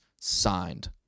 signed